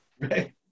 right